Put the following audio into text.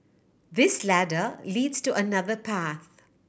this ladder leads to another path